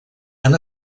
han